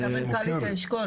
הייתה גם מנכ"לית אשכול.